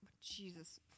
Jesus